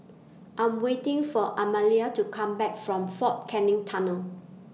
I'm waiting For Amalia to Come Back from Fort Canning Tunnel